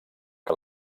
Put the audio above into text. que